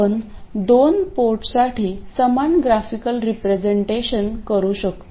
आपण दोन पोर्टसाठी समान ग्राफिकल रेप्रेसनटेशन करू शकतो